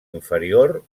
inferior